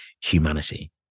humanity